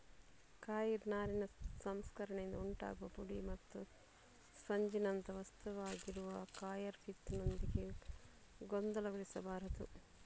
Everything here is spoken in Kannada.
ಕಾಯಿರ್ ನಾರಿನ ಸಂಸ್ಕರಣೆಯಿಂದ ಉಂಟಾಗುವ ಪುಡಿ ಮತ್ತು ಸ್ಪಂಜಿನಂಥ ವಸ್ತುವಾಗಿರುವ ಕಾಯರ್ ಪಿತ್ ನೊಂದಿಗೆ ಗೊಂದಲಗೊಳಿಸಬಾರದು